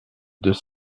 deux